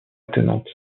étonnante